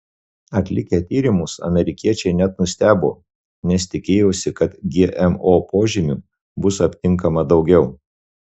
atlikę tyrimus amerikiečiai net nustebo nes tikėjosi kad gmo požymių bus aptinkama daugiau